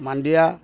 ମାଣ୍ଡିଆ